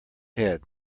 head